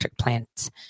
plants